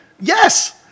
Yes